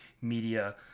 media